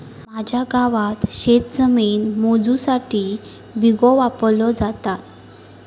माझ्या गावात शेतजमीन मोजुसाठी बिघो वापरलो जाता